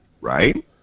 right